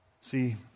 See